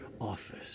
office